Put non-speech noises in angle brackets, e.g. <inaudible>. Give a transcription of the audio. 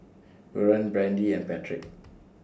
Buren Brandy and Patrick <noise>